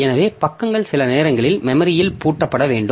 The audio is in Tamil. எனவே பக்கங்கள் சில நேரங்களில் மெமரியில் பூட்டப்பட வேண்டும்